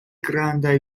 grandaj